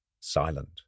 silent